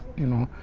you know,